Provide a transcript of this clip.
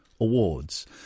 awards